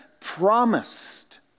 promised